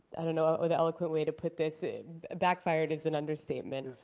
i don't know ah the eloquent way to put this backfired is an understatement,